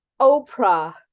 Oprah